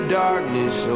darkness